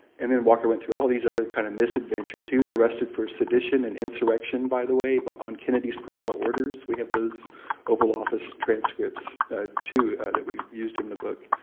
and then walker went through all of these other kinds kind of misadventures. he was arrested for sedition and insurrection, by the way, but on kennedy's personal orders. we have those oval office transcripts too that we used in the book.